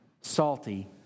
salty